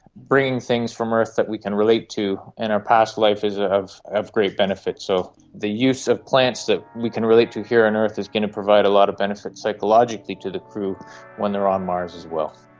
bringing things from earth that we can relate to in our past life is ah of of great benefit. so the use of plants that we can relate to here on earth is going to provide a lot of benefit psychologically to the crew when they are on mars as well.